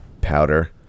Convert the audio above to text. powder